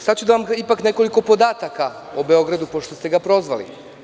Sada ću da vam dam nekoliko podataka o Beogradu, pošto ste ga prozvali.